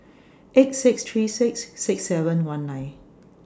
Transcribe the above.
eight six three six six seven one nine